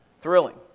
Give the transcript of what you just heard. thrilling